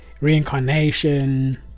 Reincarnation